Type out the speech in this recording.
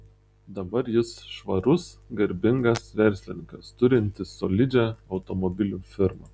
dabar jis švarus garbingas verslininkas turintis solidžią automobilių firmą